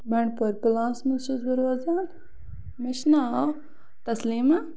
بَنڈپورِ کلاسَس مَنٛز چھَس بہٕ روزان مےٚ چھُ ناو تَسلیمہ